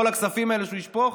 כל הכספים האלה שהוא ישפוך,